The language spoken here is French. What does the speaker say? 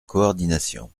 coordination